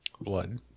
blood